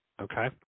okay